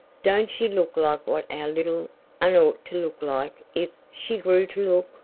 don't she look like what our little un ought to look like if she grew to